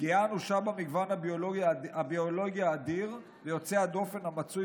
פגיעה אנושה במגוון הביולוגי האדיר ויוצא הדופן המצוי